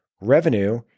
revenue